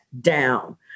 down